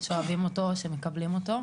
שאוהבים אותו, שמקבלים אותו.